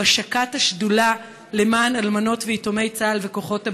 השקת השדולה למען אלמנות ויתומי צה"ל וכוחות הביטחון.